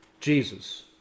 Jesus